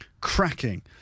cracking